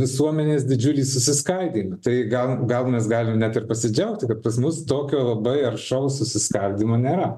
visuomenės didžiulį susiskaidymą tai gal gal mes galim net ir pasidžiaugti kad pas mus tokio labai aršaus susiskaldymo nėra